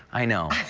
i know.